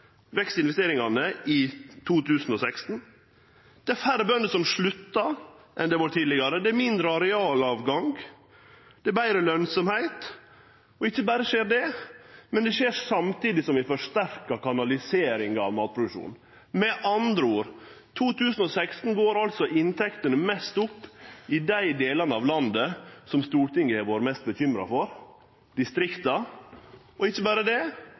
vekst i investeringane i 2016 – det er færre bønder som sluttar enn det har vore tidlegare, det er mindre arealavgang, og det er betre lønsemd. Og ikkje berre skjer det, men det skjer samtidig som vi forsterkar kanaliseringa av matproduksjonen. Med andre ord, i 2016 går inntektene mest opp i dei delane av landet som Stortinget har vore mest bekymra for, distrikta, og ikkje berre det,